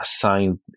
assigned